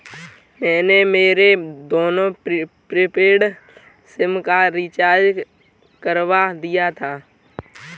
मैंने मेरे दोनों प्रीपेड सिम का रिचार्ज करवा दिया था